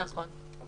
נכון.